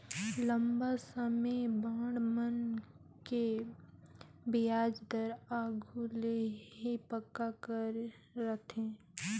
लंबा समे बांड मन के बियाज दर आघु ले ही पक्का कर रथें